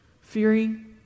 fearing